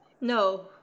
No